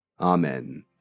Amen